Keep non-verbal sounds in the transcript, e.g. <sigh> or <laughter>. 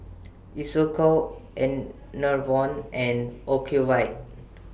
<noise> Isocal Enervon and Ocuvite